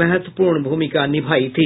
महत्वपूर्ण भूमिका निभाई थी